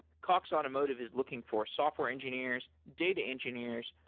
cox automotive is looking for software engineers, data engineers,